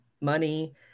money